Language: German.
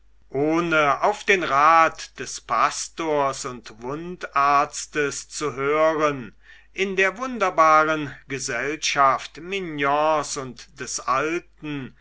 ohne auf den rat des pastors und wundarztes zu hören in der wunderbaren gesellschaft mignons und des alten